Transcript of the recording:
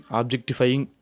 objectifying